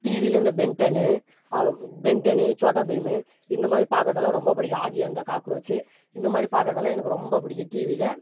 டிவியில் இந்த பென்டன்னு பென்டன்னு சோட்டா பீமு இந்த மாதிரி பாக்கிறதுலாம் ரொம்ப பிடிக்கும் ஆகி அண்டு த காக்ரோச்சு இந்த மாதிரி பாக்கிறதெல்லாம் எனக்கு ரொம்ப பிடிக்கும் டிவியில்